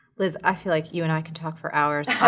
liz, i feel like you and i could talk for hours.